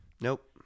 Nope